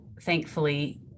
thankfully